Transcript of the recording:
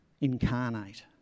incarnate